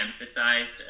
emphasized